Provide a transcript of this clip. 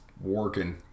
working